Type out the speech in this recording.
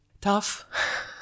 tough